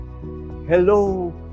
Hello